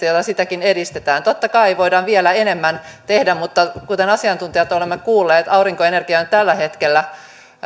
joilla sitäkin edistetään totta kai voidaan vielä enemmän tehdä mutta kuten asiantuntijoilta olemme kuulleet aurinkoenergia on tällä hetkellä